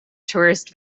tourist